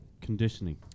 conditioning